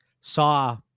saw –